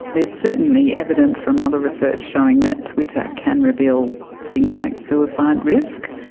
there's certainly evidence from other research showing that twitter can reveal things like suicide risk.